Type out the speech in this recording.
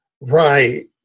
Right